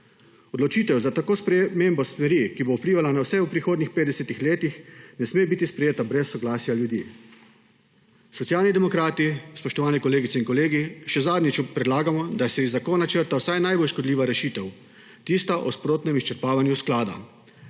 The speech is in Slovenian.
Odločitev za tako spremembo stvari, ki bo vplivala na vse v prihodnjih 50 letih, ne sme biti sprejeta brez soglasja ljudi. Socialni demokrati, spoštovani kolegice in kolegi, še zadnjič predlagamo, da se iz zakona črta vsaj najbolj škodljiva rešitev, tista o sprotnem izčrpavanju sklada.